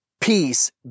peace